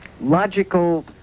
logical